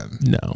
No